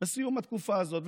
בסיום התקופה הזאת.